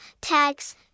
tags